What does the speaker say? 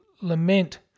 lament